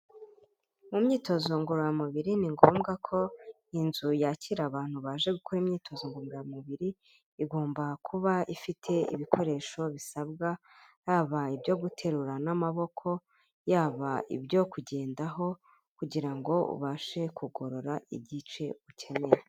Mu myitozo ngororamubiri ni ngombwa ko inzu yakira abantu baje gukora imyitozo ngororamubiri igomba kuba ifite ibikoresho bisabwa, haba ibyo guterura n'amaboko, yaba ibyo kugendaho kugira ngo ubashe kugorora igice ukeneye.